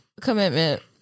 commitment